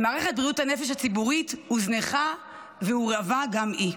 ומערכת בריאות הנפש הציבורית הוזנחה והורעבה גם היא.